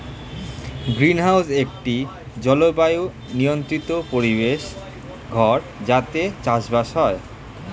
greenhouse একটি জলবায়ু নিয়ন্ত্রিত পরিবেশ ঘর যাতে চাষবাস হয়